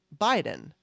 Biden